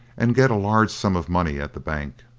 and get a large sum of money at the bank.